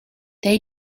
they